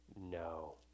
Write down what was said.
no